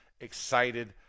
excited